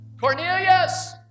Cornelius